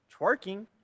twerking